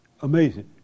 Amazing